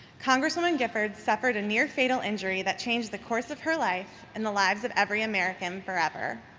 congresswoman giffords suffered a near fatal injury that changed the course of her life and the lives of every american forever.